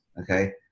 okay